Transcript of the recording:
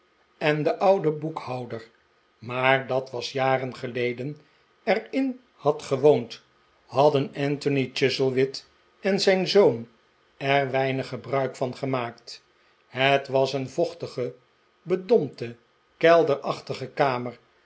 en de dude boekhouder maar dat was jaren geleden er in had gewoond hadden anthony chuzzlewit en zijn zoon er weinig gebruik van gemaakt het was een vochtige bedompte kelderachtige kamer